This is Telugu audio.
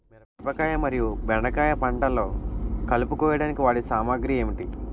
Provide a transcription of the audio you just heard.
మిరపకాయ మరియు బెండకాయ పంటలో కలుపు కోయడానికి వాడే సామాగ్రి ఏమిటి?